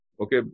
Okay